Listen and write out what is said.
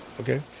okay